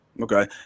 Okay